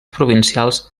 provincials